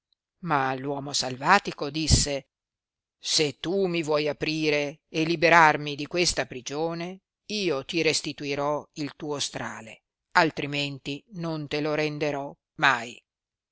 ma l'uomo salvatico disse se tu mi vuoi aprire e liberarmi di questa prigione io ti restituirò il tuo strale altrimenti non te lo renderò mai